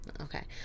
okay